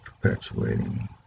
perpetuating